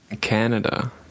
Canada